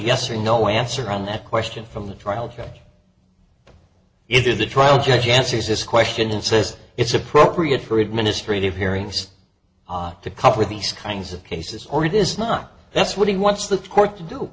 yes or no answer on that question from the trial greg either the trial judge answers this question and says it's appropriate for administrative hearings i to cover these kinds of cases or it is not that's what he wants the court to do